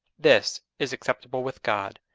this is acceptable with god.